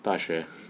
大学